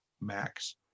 max